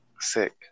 sick